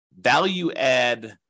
value-add